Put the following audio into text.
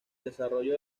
desarrollo